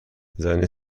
زنی